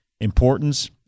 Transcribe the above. importance